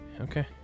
Okay